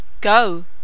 Go